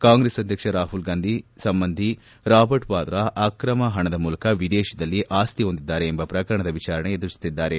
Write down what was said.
ಕಾಂಗ್ರೆಸ್ ಅಧ್ಯಕ್ಷ ರಾಹುಲ್ ಗಾಂಧಿ ಸಂಬಂಧಿ ರಾಬರ್ಟ್ ವಾದ್ರಾ ಅಕ್ರಮ ಪಣದ ಮೂಲಕ ವಿದೇಶದಲ್ಲಿ ಆಸ್ತಿ ಹೊಂದಿದ್ದಾರೆ ಎಂಬ ಪ್ರಕರಣದ ವಿಚಾರಣೆ ಎದುರಿಸುತ್ತಿದ್ದಾರೆ